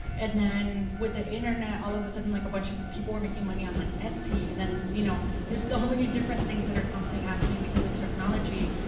and then, with the internet, all of a sudden, like a bunch of people were making money on like etsy, and then you know there's so many different things that are constantly happening because of technology,